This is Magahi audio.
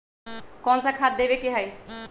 कोन सा खाद देवे के हई?